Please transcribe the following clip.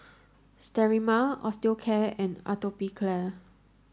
Sterimar Osteocare and Atopiclair